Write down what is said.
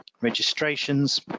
registrations